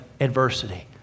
adversity